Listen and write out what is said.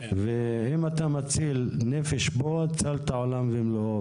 אם אתה מציל נפש פה, הצלת עולם ומלואו.